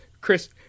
Chris